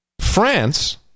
France